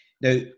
Now